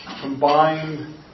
combined